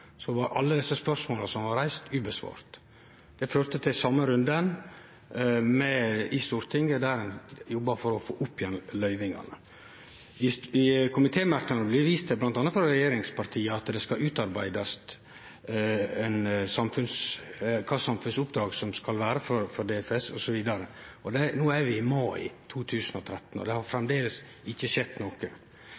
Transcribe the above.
var ingen av desse spørsmåla som ein hadde reist, svara på. Det førte til den same runden i Stortinget, der ein jobba for å få opp igjen løyvinga. I komitémerknadene blei det bl.a. frå regjeringspartia vist til at ein skal avklare kva for samfunnsoppdrag DFS skal ha, osv. No er vi snart i mai 2013, og det har